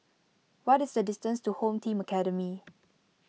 what is the distance to Home Team Academy